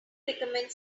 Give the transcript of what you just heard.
recommend